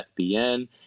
FBN